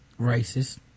racist